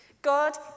God